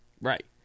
Right